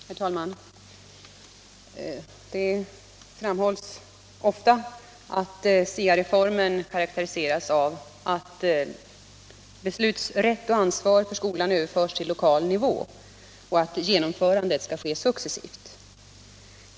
Herr talman! Det framhålls ofta att SIA-reformen karakteriseras av att beslutsrätt och ansvar för skolan överförs til! lokal nivå och att genomförandet skall ske successivt.